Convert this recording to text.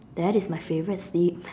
that is my favourite seat